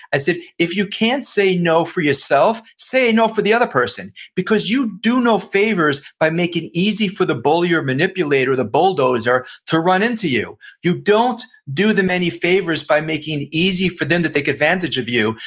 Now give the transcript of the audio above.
i said, if you can't say no for yourself say no for the other person, because you do no favors by making easy for them bullier, manipulator, the bulldozer to run into you. you don't do them any favors by making it easy for them to take advantage of you,